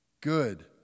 good